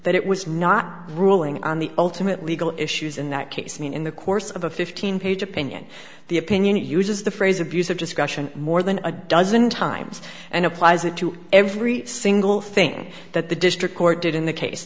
that it was not ruling on the ultimate legal issues in that case and in the course of a fifteen page opinion the opinion uses the phrase abusive discussion more than a dozen times and applies it to every single thing that the district court did in the case